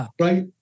Right